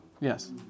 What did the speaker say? Yes